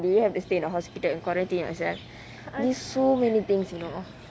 do you have to stay in hospital and quarantine yourself there's so many things you know